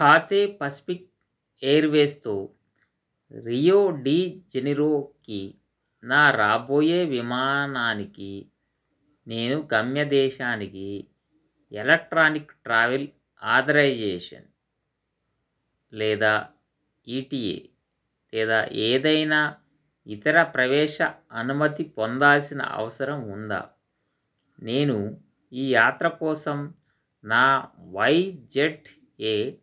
Cathay Pacific ఎయిర్వేస్తో రియో డి జెనిరోకి నా రాబోయే విమానానికి నేను గమ్య దేశానికి ఎలక్ట్రానిక్ ట్రావెల్ ఆథరైజేషన్ లేదా ఈ టి ఏ లేదా ఏదైనా ఇతర ప్రవేశ అనుమతి పొందాల్సిన అవసరం ఉందా నేను ఈ యాత్ర కోసం నా వై జెడ్ ఏ